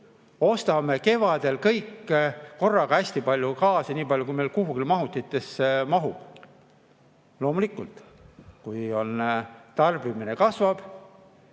Ostame kevadel kõik korraga hästi palju gaasi, nii palju, kui meil kuhugi mahutitesse mahub. Loomulikult, kui tarbimine kasvab,